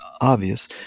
obvious